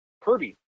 Kirby